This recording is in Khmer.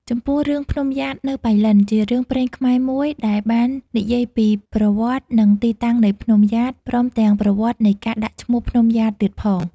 ចំពោះរឿង ភ្នំំយ៉ាតនៅប៉ៃលិន ជារឿងព្រេងខ្មែរមួយដែលបាននិយាយពី ប្រវត្តិ និងទីតាំងនៃភ្នំយ៉ាត ព្រមទាំងប្រវត្តិនៃការដាក់ឈ្មោះភ្នំយ៉ាតទៀតផង។